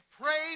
prayed